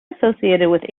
associated